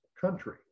country